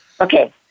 Okay